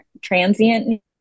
transient